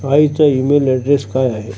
आईचा email address काय आहे